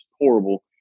horrible